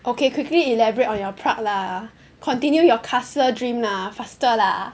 okay quickly elaborate on your Prague lah continue your castle dream lah faster lah